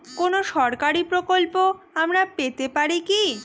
কোন সরকারি প্রকল্প আমরা পেতে পারি কি?